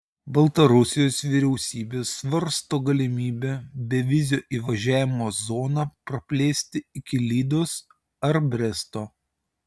baltarusijos vyriausybė svarsto galimybę bevizio įvažiavimo zoną praplėsti iki lydos ar bresto